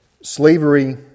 Slavery